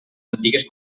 antigues